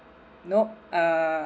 nope uh